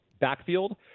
backfield